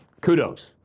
kudos